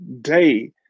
day